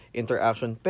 interaction